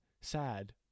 sad